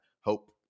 hope